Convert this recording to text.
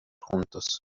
juntos